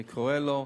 אני קורא לו,